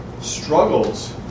struggles